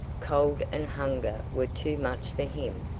cold and hunger were too much for him,